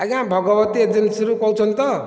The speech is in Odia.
ଆଜ୍ଞା ଭଗବତୀ ଏଜେନ୍ସିରୁ କହୁଛନ୍ତି ତ